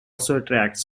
attracts